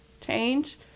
change